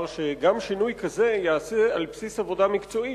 שגם שינוי כזה ייעשה על בסיס עבודה מקצועית.